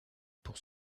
pour